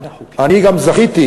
אני גם זכיתי,